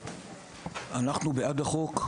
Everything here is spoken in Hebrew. אנחנו בעד החוק,